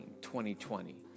2020